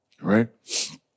right